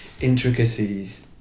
intricacies